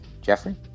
Jeffrey